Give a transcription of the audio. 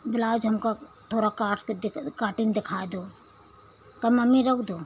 blouse हमको थोड़ा काट के कटिंग दिखाय दो कहो मम्मी रख दो